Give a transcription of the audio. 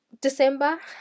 December